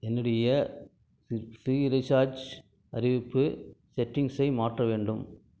என்னுடைய free recharge அறிவிப்பு செட்டிங்ஸை மாற்ற வேண்டும்